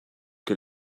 que